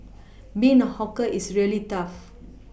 being a hawker is really tough